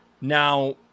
now